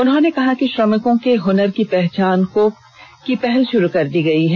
उन्होंने कहा कि श्रमिकों के हुनर की पहचान की पहल शुरू कर दी गई है